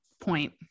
point